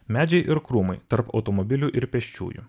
medžiai ir krūmai tarp automobilių ir pėsčiųjų